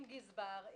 עם גזבר,